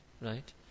Right